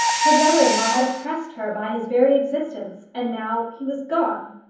her brother-in-law had oppressed her by his very existence, and now he was gone.